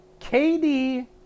KD